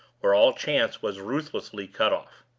where all chance was ruthlessly cut off.